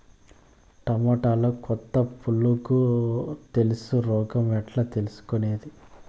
టమోటాలో కొత్త పులుగు తెలుసు రోగం ఎట్లా తెలుసుకునేది?